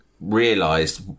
realised